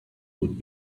would